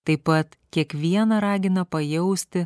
taip pat kiekvieną ragina pajausti